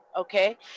Okay